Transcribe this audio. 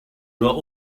nur